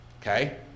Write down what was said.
Okay